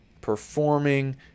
performing